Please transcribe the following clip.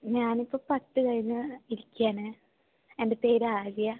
ഞാനിപ്പോൾ പത്തു കഴിഞ്ഞ് ഇരിക്കുകയാണ് എൻ്റെ പേര് ആര്യ